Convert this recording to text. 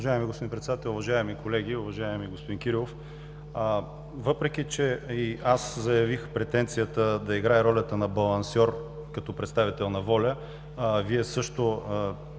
въпреки че и аз заявих претенцията да играя ролята на балансьор като представител на „Воля“, Вие също